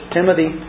Timothy